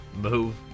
move